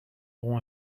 aurons